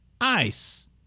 Ice